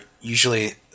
usually